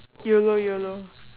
YOLO YOLO